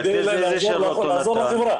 כדי לעזור לחברה,